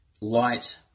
light